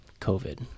covid